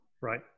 Right